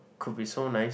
could be so nice